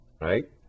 right